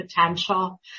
potential